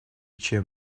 чем